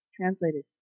translated